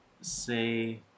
say